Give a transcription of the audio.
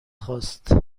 خواست